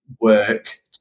work